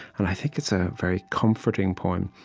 and i think it's a very comforting poem,